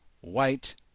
White